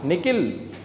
Nikhil